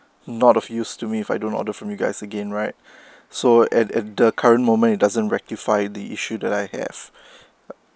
not of use to me if I don't order from you guys again right so at at the current moment it doesn't rectify the issue that I have